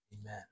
Amen